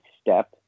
step